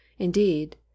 Indeed